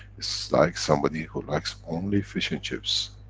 it's like somebody who likes only fish and chips,